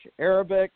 Arabic